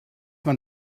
man